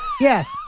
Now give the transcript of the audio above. yes